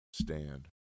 Stand